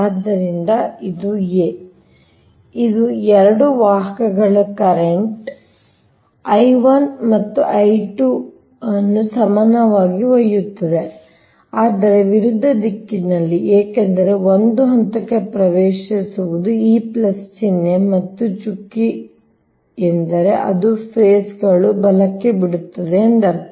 ಆದ್ದರಿಂದ ಇದು a ಆದ್ದರಿಂದ ಇದು 2 ವಾಹಕಗಳು ಕರೆಂಟ್ I 1 ಮತ್ತು I 2 ಅನ್ನು ಸಮಾನವಾಗಿ ಒಯ್ಯುತ್ತದೆ ಆದರೆ ವಿರುದ್ಧ ದಿಕ್ಕಿನಲ್ಲಿ ಏಕೆಂದರೆ 1 ಹಂತಕ್ಕೆ ಪ್ರವೇಶಿಸುವುದು ಈ ಪ್ಲಸ್ ಚಿಹ್ನೆ ಮತ್ತು ಚುಕ್ಕೆ ಎಂದರೆ ಅದು ಫೆಸ್ ಗಳು ಬಲಕ್ಕೆ ಬಿಡುತ್ತಿದೆ ಎಂದರ್ಥ